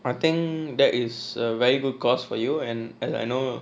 I think that is a very good course for you and and I know